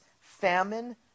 famine